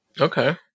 Okay